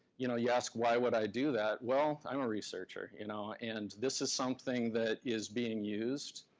you know, you asked, why would i do that? well, i'm a researcher, you know, and this is something that is being used.